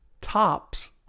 tops